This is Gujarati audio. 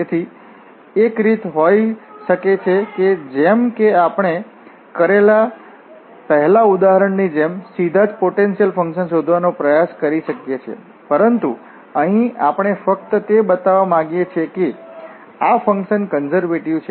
તેથી એક રીત હોઈ શકે છે કે જેમ કે આપણે કરેલા પહેલાના ઉદાહરણની જેમ સીધા જ પોટેન્શિયલ ફંકશન શોધવાનો પ્રયાસ કરી શકીએ છીએ પરંતુ અહીં આપણે ફક્ત તે બતાવવા માંગીએ છીએ કે આ ફંકશન કન્ઝર્વેટિવ છે